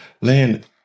land